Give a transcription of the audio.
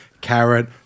carrot